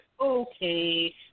okay